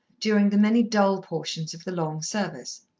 during the many dull portions of the long service.